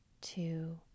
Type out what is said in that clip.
two